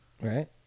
Right